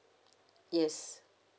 yes